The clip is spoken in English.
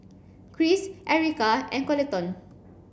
Kris Ericka and Coleton